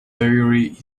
theory